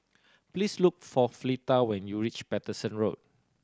please look for Fleeta when you reach Paterson Road